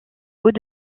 hauts